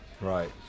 right